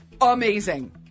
amazing